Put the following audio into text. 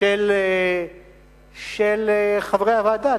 של חברי הוועדה.